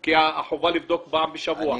כי יש חובה לבדוק פעם בשבוע.